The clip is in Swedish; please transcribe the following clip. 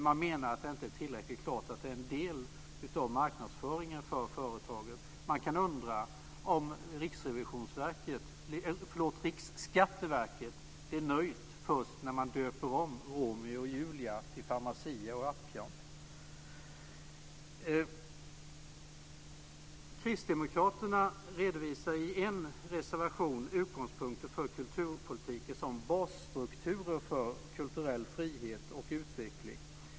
Man menar att det inte är tillräckligt klart att det är en del av marknadsföringen för företaget. Man kan undra om Riksskatteverket blir nöjt först när man döper om Romeo och Julia till Pharmacia & Upjohn. Kristdemokraterna redovisar i en reservation utgångspunkter för kulturpolitiken samt basstrukturer för kulturell frihet och utveckling.